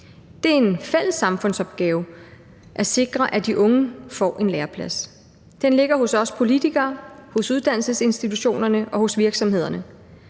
Det er en fælles samfundsopgave at sikre, at de unge får en læreplads. Den ligger hos os politikere, hos uddannelsesinstitutionerne og hos virksomhederne.